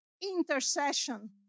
intercession